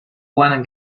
wanna